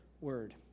word